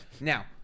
now